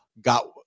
got